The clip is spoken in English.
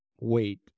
wait